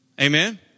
Amen